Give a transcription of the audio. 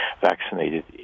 vaccinated